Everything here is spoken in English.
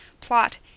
plot